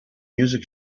music